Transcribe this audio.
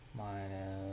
minus